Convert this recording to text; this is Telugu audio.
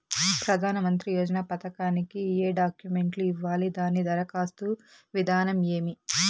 ప్రధానమంత్రి యోజన పథకానికి ఏ డాక్యుమెంట్లు ఇవ్వాలి దాని దరఖాస్తు విధానం ఏమి